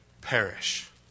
perish